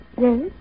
Yes